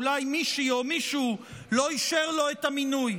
אולי מישהי או מישהו לא אישרו לו את המינוי.